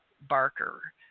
barker